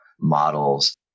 models